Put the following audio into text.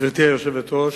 גברתי היושבת-ראש,